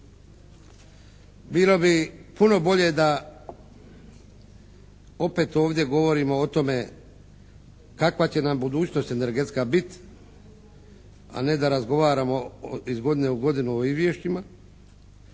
bilo bi puno bolje da opet ovdje govorimo o tome kakva će nam budućnost energetska bit', a ne da razgovaramo iz godine u godinu o izvješćima,